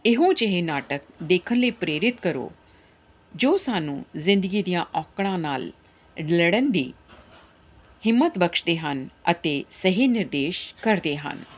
ਇਹੋ ਜਿਹੇ ਨਾਟਕ ਦੇਖਣ ਲਈ ਪ੍ਰੇਰਿਤ ਕਰੋ ਜੋ ਸਾਨੂੰ ਜ਼ਿੰਦਗੀ ਦੀਆਂ ਔਕੜਾਂ ਨਾਲ ਲੜਨ ਦੀ ਹਿੰਮਤ ਬਖਸ਼ਦੇ ਹਨ ਅਤੇ ਸਹੀ ਨਿਰਦੇਸ਼ ਕਰਦੇ ਹਨ